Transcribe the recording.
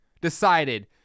decided